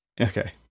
Okay